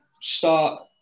start